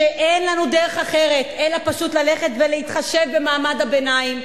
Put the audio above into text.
שאין לנו דרך אחרת אלא פשוט ללכת ולהתחשב במעמד הביניים,